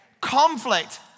conflict